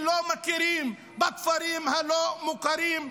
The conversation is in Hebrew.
שלא מכירות בכפרים הלא מוכרים,